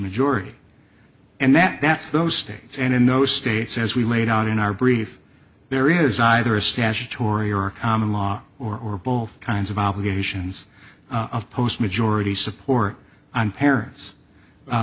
majority and that that's those states and in those states as we laid out in our brief there is either a statutory or common law or or both kinds of obligations of post majority support on parents